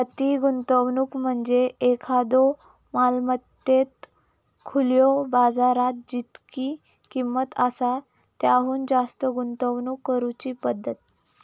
अति गुंतवणूक म्हणजे एखाद्यो मालमत्तेत खुल्यो बाजारात जितकी किंमत आसा त्याहुन जास्त गुंतवणूक करुची पद्धत